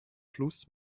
fluss